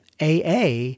aa